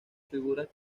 figuras